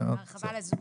ההרחבה לזוג.